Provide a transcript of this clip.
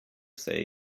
say